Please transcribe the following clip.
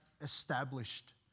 established